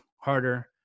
harder